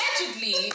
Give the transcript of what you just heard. Allegedly